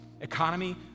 Economy